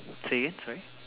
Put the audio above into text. say again sorry